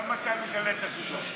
למה אתה מגלה את הסודות?